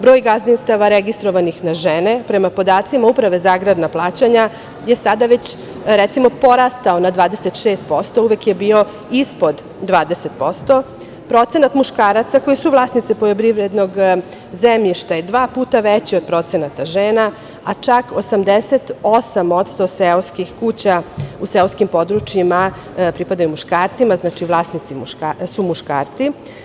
Broj gazdinstava registrovanih na žene, prema podacima Uprave za agrarna plaćanja je sada već recimo porastao na 26%, uvek je bio ispod 20%. procenat muškaraca koji su vlasnici poljoprivrednog zemljišta je dva puta veći od procenta žena, a čak 88% seoskih kuća u seoskim područjima pripadaju muškarcima, znači vlasnici su muškarci.